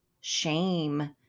shame